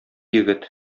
егет